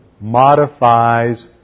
modifies